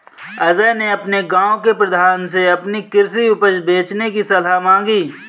अजय ने अपने गांव के प्रधान से अपनी कृषि उपज बेचने की सलाह मांगी